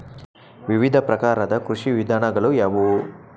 ವಿವಿಧ ಪ್ರಕಾರದ ಕೃಷಿ ವಿಧಾನಗಳು ಯಾವುವು?